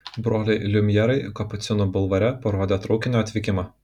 broliai liumjerai kapucinų bulvare parodė traukinio atvykimą